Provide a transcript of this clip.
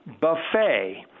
buffet